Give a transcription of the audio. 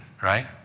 right